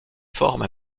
forme